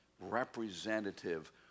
representative